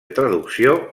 traducció